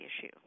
issue